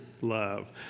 love